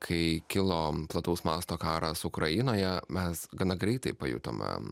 kai kilo plataus masto karas ukrainoje mes gana greitai pajutome